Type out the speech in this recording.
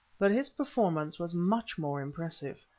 but his performance was much more impressive.